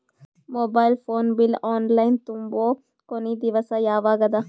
Mobile phone bill online ತುಂಬೊ ಕೊನಿ ದಿವಸ ಯಾವಗದ?